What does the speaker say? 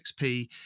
xp